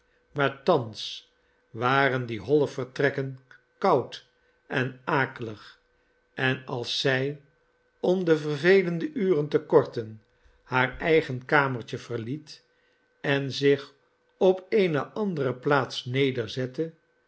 maar thans waren die holle vertrekken koud en akelig en als zij om de vervelende uren te korten haar eigen kamertje verliet en zich op eene andere plaats